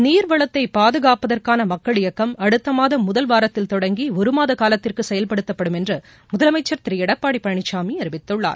நீா்வளத்தை பாதுகாப்பதற்கான மக்கள் இயக்கம் அடுத்த மாதம் முதல் வாரத்தில் தொடங்கி ஒருமாத காலத்திற்கு செயல்படுத்தப்படும் என்று முதலமைச்சர் திரு எடப்பாடி பழனிசாமி அறிவித்துள்ளார்